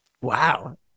Wow